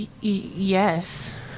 Yes